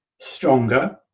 stronger